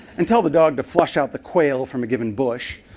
and tell the dog to flush out the quail from a given bush.